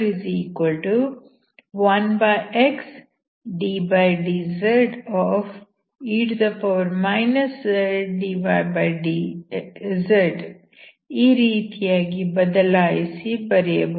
e zdydz ಈ ರೀತಿಯಾಗಿ ಬದಲಾಯಿಸಿ ಬರೆಯಬಹುದು